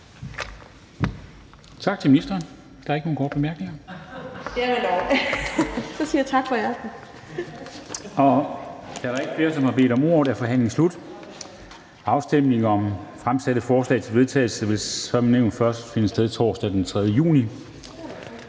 og ældreministeren (Astrid Krag): Jamen dog, så siger jeg tak for i aften). Da der ikke er flere, som har bedt om ordet, er forhandlingen sluttet. Afstemning om fremsatte forslag til vedtagelse vil som nævnt først finde sted torsdag den 3. juni